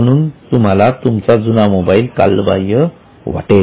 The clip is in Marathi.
म्हणून तुम्हाला तुमचा जुना मोबाईल कालबाह्य वाटेल